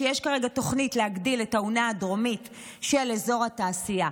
כי יש כרגע תוכנית להגדיל את האונה הדרומית של אזור התעשייה.